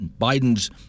Biden's